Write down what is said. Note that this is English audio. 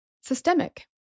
systemic